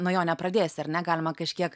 nuo jo nepradėsi ar ne galima kažkiek